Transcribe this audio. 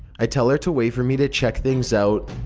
i tell her to wait for me to check things out,